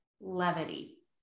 levity